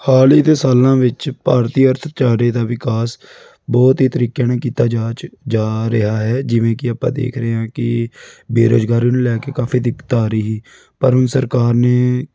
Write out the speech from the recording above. ਹਾਲ ਹੀ ਦੇ ਸਾਲਾਂ ਵਿੱਚ ਭਾਰਤੀ ਅਰਥਚਾਰੇ ਦਾ ਵਿਕਾਸ ਬਹੁਤ ਹੀ ਤਰੀਕੇ ਨਾਲ ਕੀਤਾ ਜਾਂਚ ਜਾ ਰਿਹਾ ਹੈ ਜਿਵੇਂ ਕਿ ਆਪਾਂ ਦੇਖ ਰਹੇ ਹਾਂ ਕਿ ਬੇਰੁਜ਼ਗਾਰੀ ਨੂੰ ਲੈ ਕੇ ਕਾਫੀ ਦਿੱਕਤ ਆ ਰਹੀ ਪਰ ਹੁਣ ਸਰਕਾਰ ਨੇ